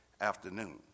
afternoon